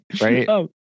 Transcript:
Right